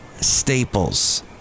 staples